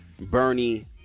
Bernie